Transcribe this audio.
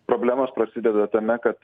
problemos prasideda tame kad